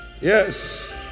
Yes